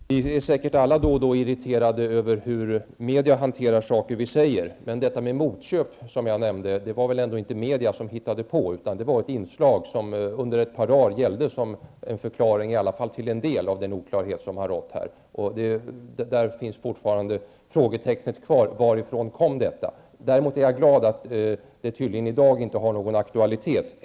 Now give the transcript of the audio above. Herr talman! Vi blir säkert alla då och då irriterade över hur media hanterar saker vi säger, men detta med motköp, som jag nämnde, var det väl ändå inte media som hittade på. Det var ett inslag som under ett par dagar gällde som en förklaring--i alla fall till en del--till de oklarheter som har rått här. Där finns fortfarande frågetecken kvar. Varifrån kom detta? Däremot är jag glad att det tydligen inte har någon aktualitet i dag.